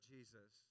Jesus